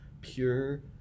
pure